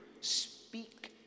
speak